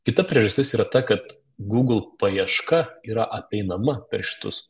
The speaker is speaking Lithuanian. kita priežastis yra ta kad google paieška yra apeinama per šitus